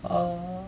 err